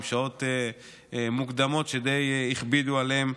עם שעות מוקדמות שדי הכבידו עליהן.